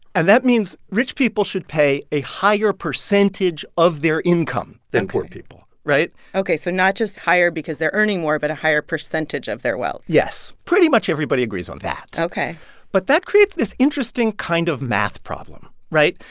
and that means rich people should pay a higher percentage of their income. ok. than poor people, right? ok, so not just higher because they're earning more, but a higher percentage of their wealth yes. pretty much everybody agrees on that ok but that creates this interesting kind of math problem right?